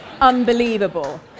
unbelievable